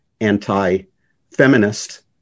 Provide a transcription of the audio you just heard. anti-feminist